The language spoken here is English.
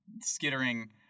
skittering